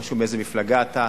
לא חשוב מאיזו מפלגה אתה,